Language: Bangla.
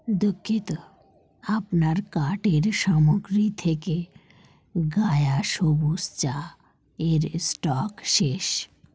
দঃক্ষিত আপনার কার্টের সামগ্রী থেকে গয়া সবুজ চা এর স্টক শেষ